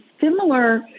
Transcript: similar